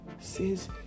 says